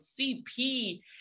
cp